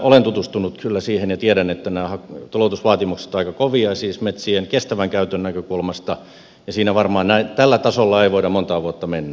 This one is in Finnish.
olen tutustunut kyllä siihen ja tiedän että nämä tuloutusvaatimukset ovat aika kovia siis metsien kestävän käytön näkökulmasta ja siinä varmaan tällä tasolla ei voida montaa vuotta mennä